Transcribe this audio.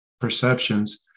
perceptions